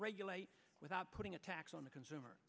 regulate without putting a tax on the consumer